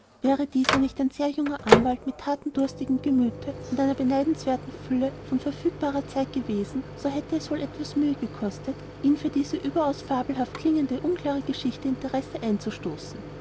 wäre dieser nicht ein sehr junger anwalt mit thatendurstigem gemüte und einer beneidenswerten fülle von verfügbarer zeit gewesen so hätte es wohl etwas mühe gekostet ihm für diese überaus fabelhaft klingende unklare geschichte interesse einzuflößen